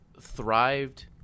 thrived